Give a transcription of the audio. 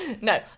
no